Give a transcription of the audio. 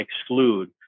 exclude